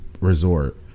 Resort